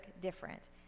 different